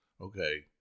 okay